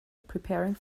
preparing